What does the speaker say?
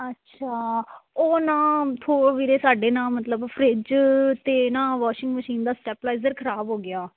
ਅੱਛਾ ਉਹ ਨਾ ਥੋ ਵੀਰੇ ਸਾਡੇ ਨਾ ਮਤਲਬ ਫਰਿਜ 'ਤੇ ਨਾ ਵੋਸ਼ਿੰਗ ਮਸ਼ੀਨ ਦਾ ਸਟੈਪਲਾਈਜ਼ਰ ਖਰਾਬ ਹੋ ਗਿਆ